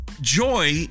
joy